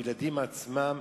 בילדים עצמם.